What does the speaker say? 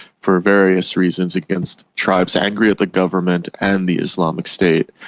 for various reasons, against tribes angry at the government and the islamic state.